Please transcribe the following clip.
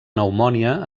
pneumònia